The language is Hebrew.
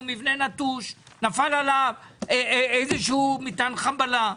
מבנה נטוש; נפל עליו איזה שהוא מטען חבלה,